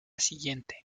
siguiente